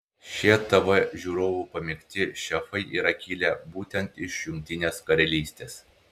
šie tv žiūrovų pamėgti šefai yra kilę būtent iš jungtinės karalystės